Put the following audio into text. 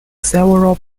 several